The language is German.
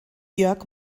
jörg